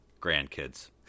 grandkids